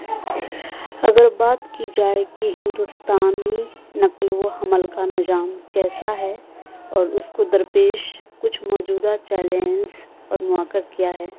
اگر بات کی جائے کہ ہندوستانی نقل و حمل کا نظام کیسا ہے اور اس کو درپیش کچھ موجودہ چیلنجز اور مواقع کیا ہے